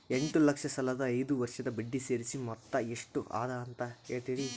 ಎಂಟ ಲಕ್ಷ ಸಾಲದ ಐದು ವರ್ಷದ ಬಡ್ಡಿ ಸೇರಿಸಿ ಮೊತ್ತ ಎಷ್ಟ ಅದ ಅಂತ ಹೇಳರಿ?